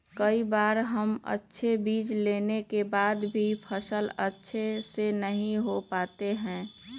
कई बार हम अच्छे बीज लेने के बाद भी फसल अच्छे से नहीं हो पाते हैं?